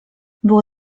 było